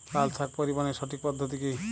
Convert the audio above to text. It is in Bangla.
লালশাক পরিবহনের সঠিক পদ্ধতি কি?